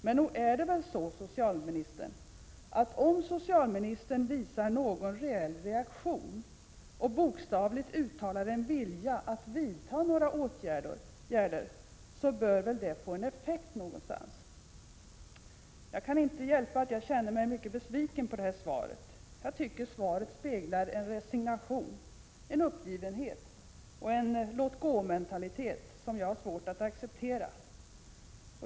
Men nog är det så, socialministern, att om socialministern visar en reell reaktion och bokstavligt uttalar en vilja att vidta åtgärder, bör det få effekt någonstans. Jag kan inte hjälpa att jag känner mig mycket besviken över svaret — jag tycker att det speglar en resignation, uppgivenhet och låt-gå-mentalitet som jag har svårt att acceptera.